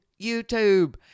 YouTube